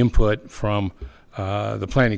input from the planning